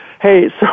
hey